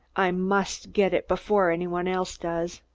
i must get it before anybody else does.